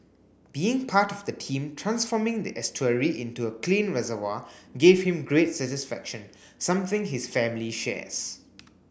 being part of the team transforming the estuary into a clean reservoir gave him great satisfaction something his family shares